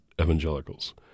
evangelicals